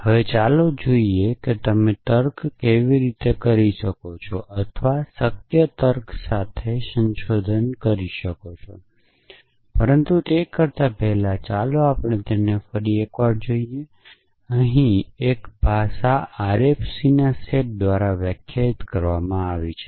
હવે ચાલો જોઈએ કે તમે તર્ક કેવી રીતે કરી શકો છો અથવા શક્ય તર્ક સાથે સંશોધન કરી શકો છો પરંતુ તે કરતા પહેલા ચાલો આપણે તેને ફરી એકવાર જોઈએ અહી એક ભાષા RFCના સેટ દ્વારા વ્યાખ્યાયિત કરવામાં આવી છે